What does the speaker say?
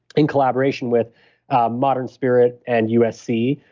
in collaboration with modern spirit and usc,